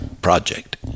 project